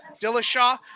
Dillashaw